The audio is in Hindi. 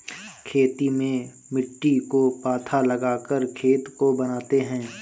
खेती में मिट्टी को पाथा लगाकर खेत को बनाते हैं?